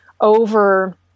over –